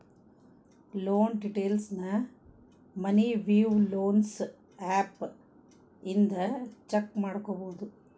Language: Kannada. ಲೋನ್ ಡೇಟೈಲ್ಸ್ನ ಮನಿ ವಿವ್ ಲೊನ್ಸ್ ಆಪ್ ಇಂದ ಚೆಕ್ ಮಾಡ್ಕೊಬೋದು